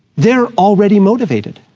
they're already motivated.